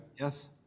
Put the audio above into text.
Yes